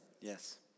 Yes